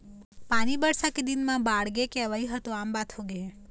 पानी बरसा के दिन म बाड़गे के अवइ ह तो आम बात होगे हे